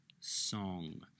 song